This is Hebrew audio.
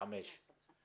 חמש,